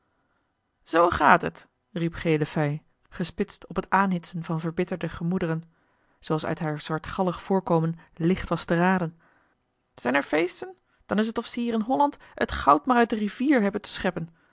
zoo gaat het riep gele fij gespitst op t aanhitsen van verbitterde gemoederen zooals uit haar zwartgallig voorkomen licht was te raden zijn er feesten dan is t of ze hier in holland het goud maar uit de rivier hebben te scheppen